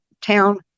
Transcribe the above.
town